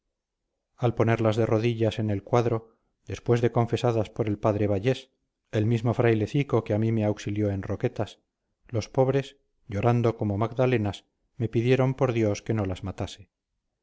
al ponerlas de rodillas en el cuadro después de confesadas por el padre vallés el mismo frailecico que a mí me auxilió en roquetas los pobres llorando como magdalenas me pidieron por dios que no las matase